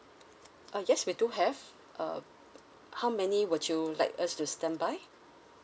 uh yes we do have uh how many would you like us to standby